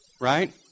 Right